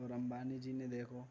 اور امبانی جی نے دیکھو